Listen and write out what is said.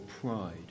pride